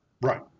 Right